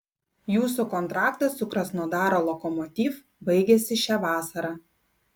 jūsų kontraktas su krasnodaro lokomotiv baigiasi šią vasarą